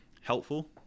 helpful